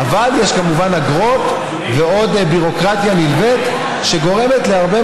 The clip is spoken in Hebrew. אבל יש כמובן אגרות ועוד ביורוקרטיה נלווית שגורמת להרבה